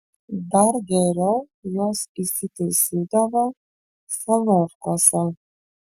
dar geriau jos įsitaisydavo solovkuose